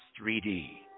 3D